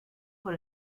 por